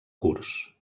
curs